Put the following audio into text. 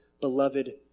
beloved